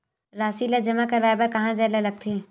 राशि ला जमा करवाय बर कहां जाए ला लगथे